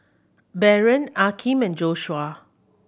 Baron Akeem and Joshua